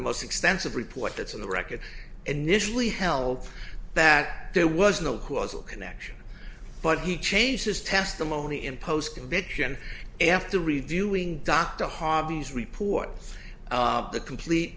the most extensive report that's in the record initially held that there was no causal connection but he changed his testimony in post conviction after reviewing dr harvey's report the complete